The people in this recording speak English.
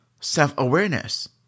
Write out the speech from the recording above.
self-awareness